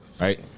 right